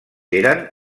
eren